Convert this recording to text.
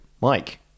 Mike